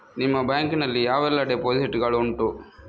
ನಿಮ್ಮ ಬ್ಯಾಂಕ್ ನಲ್ಲಿ ಯಾವೆಲ್ಲ ಡೆಪೋಸಿಟ್ ಗಳು ಉಂಟು?